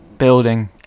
Building